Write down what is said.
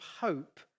hope